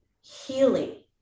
healing